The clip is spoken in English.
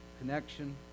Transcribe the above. connection